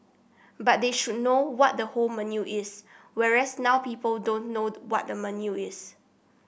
but they should know what the whole menu is whereas now people don't know what the menu is